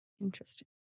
Interesting